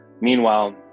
Meanwhile